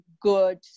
good